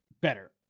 better